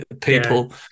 people